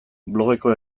blogeko